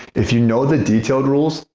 if you know the detailed rules,